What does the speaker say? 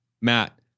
Matt